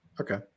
Okay